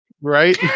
Right